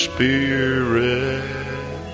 Spirit